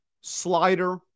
slider